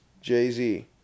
Jay-Z